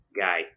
guy